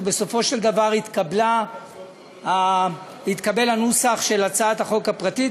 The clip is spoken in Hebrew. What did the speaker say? ובסופו של דבר התקבל הנוסח של הצעת החוק הפרטית.